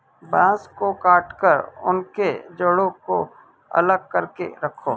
बांस को काटकर उनके जड़ों को अलग करके रखो